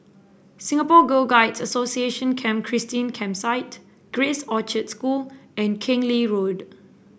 Singapore Girl Guide Association Camp Christine Campsite Grace Orchard School and Keng Lee Road